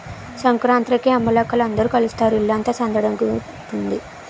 సంకురాత్రికి అమ్మలక్కల అందరూ కలుస్తారు ఇల్లంతా సందడిగుంతాది